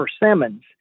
persimmons